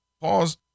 pause